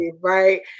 right